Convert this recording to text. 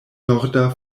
norda